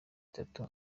itatu